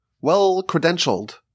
well-credentialed